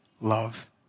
love